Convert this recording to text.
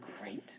great